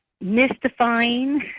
mystifying